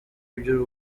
by’u